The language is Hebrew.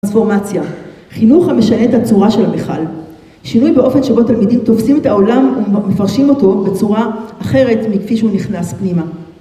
טרנספורמציה. חינוך המשנה את הצורה של המיכל. שינוי באופן שבו תלמידים תופסים את העולם, ומפרשים אותו בצורה אחרת מכפי שהוא נכנס פנימה.